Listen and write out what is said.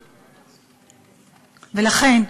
לכן,